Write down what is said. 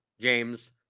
James